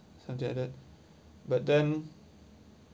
something like that but then